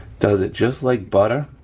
does it just like butter,